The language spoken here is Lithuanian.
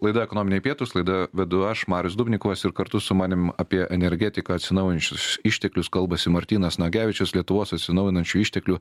laida ekonominiai pietūs laidą vedu aš marius dubnikovas ir kartu su manim apie energetiką atsinaujinančius išteklius kalbasi martynas nagevičius lietuvos atsinaujinančių išteklių